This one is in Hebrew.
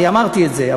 אמרתי את זה,